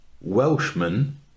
Welshman